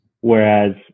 Whereas